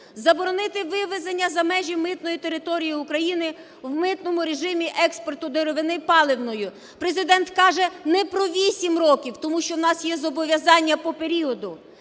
"Заборони вивезення за межі митної території України в митному режимі експорту деревини паливної". Президент каже не про 8 років, тому що в нас є зобов'язання по періоду.